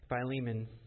Philemon